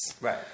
Right